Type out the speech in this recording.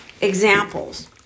examples